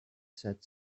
said